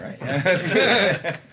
right